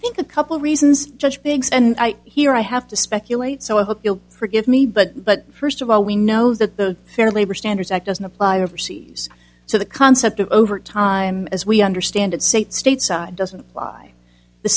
think a couple reasons judge biggs and i here i have to speculate so i hope you'll forgive me but but first of all we know that the fair labor standards act doesn't apply overseas so the concept of over time as we understand it states states doesn't apply the